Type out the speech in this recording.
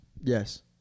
Yes